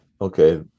okay